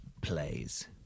plays